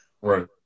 Right